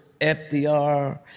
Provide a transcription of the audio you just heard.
FDR